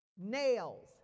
nails